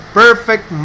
perfect